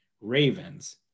Ravens